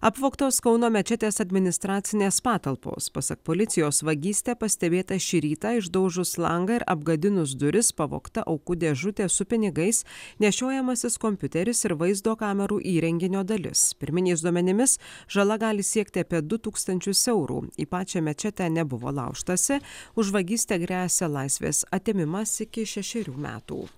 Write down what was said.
apvogtos kauno mečetės administracinės patalpos pasak policijos vagystė pastebėta šį rytą išdaužus langą ir apgadinus duris pavogta aukų dėžutė su pinigais nešiojamasis kompiuteris ir vaizdo kamerų įrenginio dalis pirminiais duomenimis žala gali siekti apie du tūkstančius eurų į pačią mečetę nebuvo laužtasi už vagystę gresia laisvės atėmimas iki šešerių metų